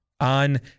on